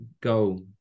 go